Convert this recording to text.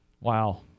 Wow